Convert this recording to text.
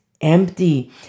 empty